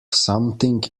something